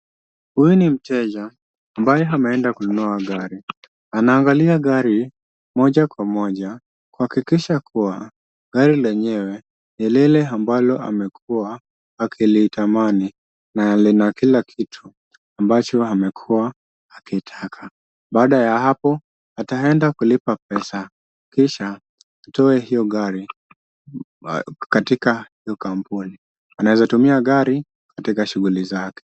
Huyu ni mteja ambaye ameenda kununua gari. Anaangalia gari moja kwa moja kuhakikisha kuwa gari lenyewe ni lile ambalo amekuwa akilitamani na lina kila kitu ambacho amekuwa akitaka. Baada ya hapo ataenda kulipa pesa kisha atoe hio gari katika hio kampuni. Anawezatumia gari katika shughuli zake.